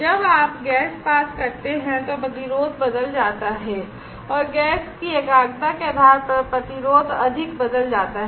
जब आप गैस पास करते हैं तो प्रतिरोध बदल जाता है और गैस की एकाग्रता के आधार पर प्रतिरोध अधिक बदल जाता है